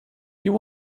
you